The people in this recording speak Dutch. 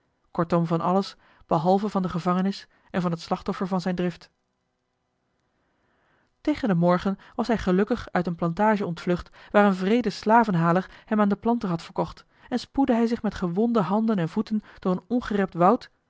kortom van alles behalve van de gevangenis en van het slachtoffer van zijne drift tegen den morgen was hij gelukkig uit eene plantage ontvlucht waar een wreede slavenhaler hem aan den planter had verkocht en spoedde hij zich met gewonde handen en voeten door een ongerept woud